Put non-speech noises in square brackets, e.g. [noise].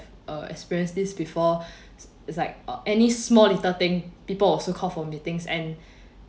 uh experience this before [breath] it's like uh any small little thing people also call for meetings and [breath]